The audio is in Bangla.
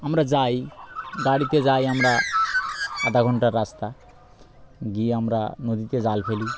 আমরা যাই গাড়িতে যাই আমরা আধা ঘন্টার রাস্তা গিয়ে আমরা নদীতে জাল ফেলি